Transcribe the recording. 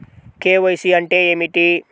KYC అంటే ఏమిటి?